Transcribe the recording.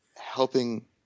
helping